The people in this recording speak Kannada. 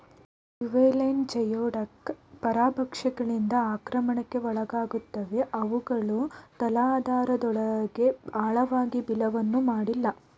ಜುವೆನೈಲ್ ಜಿಯೋಡಕ್ ಪರಭಕ್ಷಕಗಳಿಂದ ಆಕ್ರಮಣಕ್ಕೆ ಒಳಗಾಗುತ್ತವೆ ಅವುಗಳು ತಲಾಧಾರದೊಳಗೆ ಆಳವಾಗಿ ಬಿಲವನ್ನು ಮಾಡಿಲ್ಲ